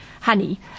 Honey